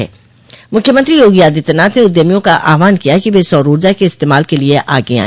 मुख्यमंत्री योगी आदित्यनाथ ने उद्यमियों का आह्वान किया कि वे सौर ऊर्जा के इस्तेमाल के लिए आगे आए